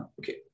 Okay